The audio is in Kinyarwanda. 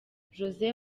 jose